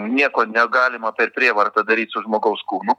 nieko negalima per prievartą daryt su žmogaus kūnu